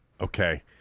Okay